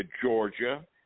Georgia